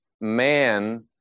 Man